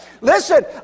Listen